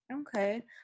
Okay